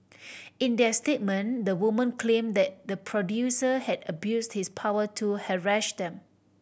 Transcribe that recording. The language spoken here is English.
in their statement the women claim that the producer had abuse his power to harass them